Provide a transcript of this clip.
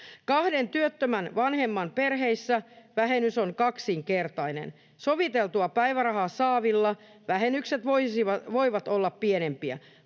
Kahden työttömän vanhemman perheissä vähennys on kaksinkertainen. Soviteltua päivärahaa saavilla vähennykset voivat olla pienempiä.